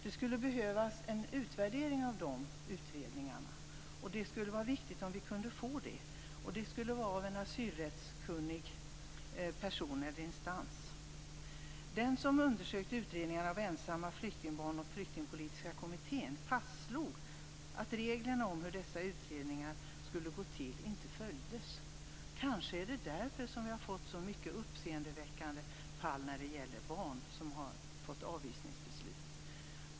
Det skulle behövas en utvärdering av dessa utredningar. Det är viktigt att vi får det. En sådan skulle göras av en asylrättskunnig person eller instans. Den som undersökt utredningarna om ensamma flyktingbarn åt Flyktingpolitiska kommittén fastslog att reglerna om hur dessa utredningar skulle gå till inte följdes. Kanske är det därför som vi har fått så många uppseendeväckande fall när det gäller barn som har fått avvisningsbeslut.